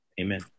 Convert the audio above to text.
Amen